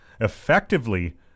effectively